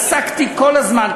עסקתי כל הזמן.